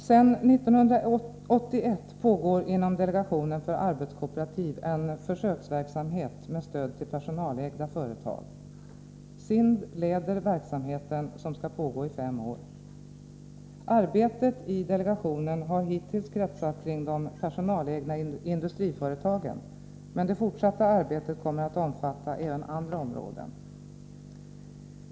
Sedan 1981 pågår inom delegationen för arbetskooperativ en försöksverksamhet med stöd till personalägda företag. SIND leder verksamheten som skall pågå i fem år. Arbetet i delegationen har hittills kretsat kring de personalägda industriföretagen, men det fortsatta arbetet kommer att omfatta även andra områden.